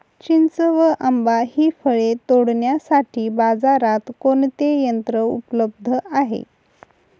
चिंच व आंबा हि फळे तोडण्यासाठी बाजारात कोणते यंत्र उपलब्ध आहे?